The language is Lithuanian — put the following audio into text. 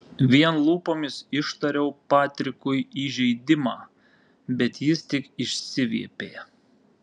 vien lūpomis ištariau patrikui įžeidimą bet jis tik išsiviepė